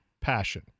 passion